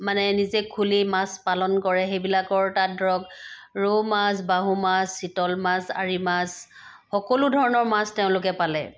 মানে নিজে খুলি মাছ পালন কৰে সেইবিলাকৰ তাত ধৰক ৰৌ মাছ বাহু মাছ চিতল মাছ আৰি মাছ সকলো ধৰণৰ মাছ তেওঁলোকে পালে